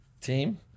team